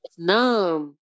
numb